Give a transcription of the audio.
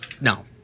No